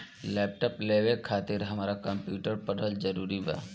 Laptop लेवे खातिर हमरा कम्प्युटर पढ़ल जरूरी बा?